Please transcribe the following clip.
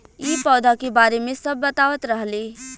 इ पौधा के बारे मे सब बतावत रहले